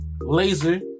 Laser